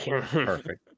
Perfect